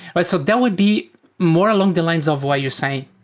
but so that would be more along the lines of what you're saying.